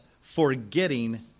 forgetting